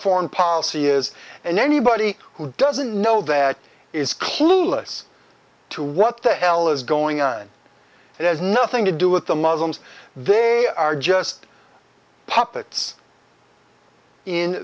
foreign policy is and anybody who doesn't know that is clueless to what the hell is going on it has nothing to do with the muslims they are just puppets in